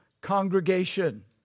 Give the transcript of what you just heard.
congregation